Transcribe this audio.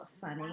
funny